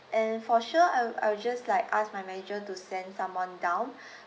and for sure I'll I'll just like ask my manager to send someone down